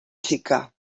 xica